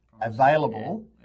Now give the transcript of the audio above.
available